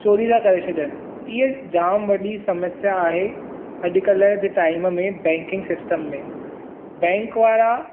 चोरी था करे छॾनि इहे जाम वॾी समस्या आहे अॼुकल्ह जे टाइम में बैंकिंग सिस्टम में बैंक वारा